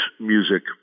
music